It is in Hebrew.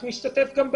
אנחנו נשתתף גם בהם.